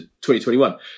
2021